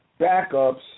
backups